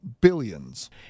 billions